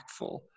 impactful